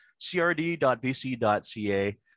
crd.bc.ca